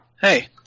hey